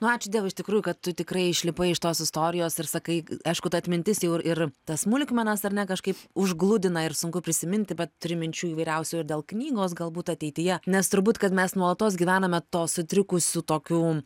nu ačiū dievui iš tikrųjų kad tu tikrai išlipai iš tos istorijos ir sakai aišku ta atmintis jau ir ir tas smulkmenas ar ne kažkaip užgludina ir sunku prisiminti bet turi minčių įvairiausių ir dėl knygos galbūt ateityje nes turbūt kad mes nuolatos gyvename to sutrikusių tokių